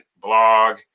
blog